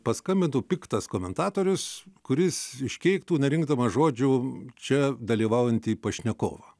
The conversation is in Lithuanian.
paskambintų piktas komentatorius kuris iškeiktų nerinkdamas žodžių čia dalyvaujantį pašnekovą